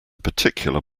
particular